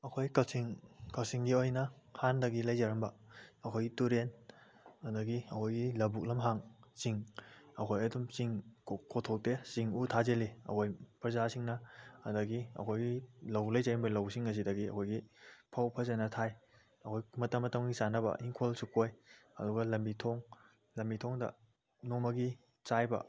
ꯑꯩꯈꯣꯏ ꯀꯛꯆꯤꯡ ꯀꯛꯆꯤꯡꯒꯤ ꯑꯣꯏꯅ ꯍꯥꯟꯅꯗꯒꯤ ꯂꯩꯖꯔꯝꯕ ꯑꯩꯈꯣꯏꯒꯤ ꯇꯨꯔꯦꯟ ꯑꯗꯒꯤ ꯑꯩꯈꯣꯏꯒꯤ ꯂꯕꯨꯛ ꯂꯝꯍꯥꯡ ꯆꯤꯡ ꯑꯩꯈꯣꯏ ꯑꯗꯨꯝ ꯆꯤꯡ ꯀꯣꯊꯣꯛꯇꯦ ꯆꯤꯡ ꯎ ꯊꯥꯖꯤꯜꯂꯤ ꯑꯩꯈꯣꯏ ꯄ꯭ꯔꯖꯥꯁꯤꯡꯅ ꯑꯗꯨꯗꯒꯤ ꯑꯩꯈꯣꯏꯒꯤ ꯂꯧ ꯂꯩꯖꯔꯝꯕ ꯂꯧꯁꯤꯡ ꯑꯁꯤꯗꯒꯤ ꯑꯩꯈꯣꯏꯒꯤ ꯐꯧ ꯐꯖꯅ ꯊꯥꯏ ꯑꯩꯈꯣꯏ ꯃꯇꯝ ꯃꯇꯝꯒꯤ ꯆꯥꯅꯕ ꯏꯪꯡꯈꯣꯜꯁꯨ ꯀꯣꯏ ꯑꯗꯨꯒ ꯂꯝꯕꯤ ꯊꯣꯡ ꯂꯝꯕꯤ ꯊꯣꯡꯗ ꯅꯣꯡꯃꯒꯤ ꯆꯥꯏꯕ